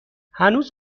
هنوز